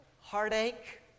heartache